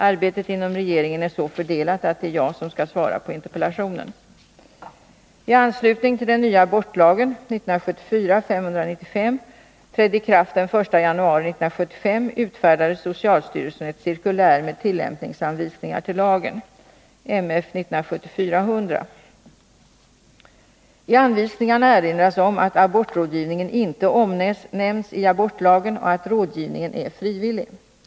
Arbetet inom regeringen är så fördelat att det är jag som skall svara på interpellationen. I anvisningarna erinras om att abortrådgivningen inte omnämns i abortlagen och att rådgivning är frivillig.